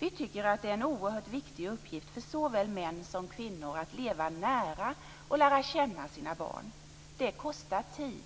Vi tycker att det är en oerhört viktig uppgift för såväl män som kvinnor att leva nära och lära känna sina barn. Det kostar tid.